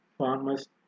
farmers